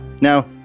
Now